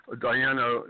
Diana